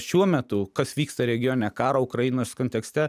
šiuo metu kas vyksta regione karo ukrainos kontekste